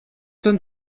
ten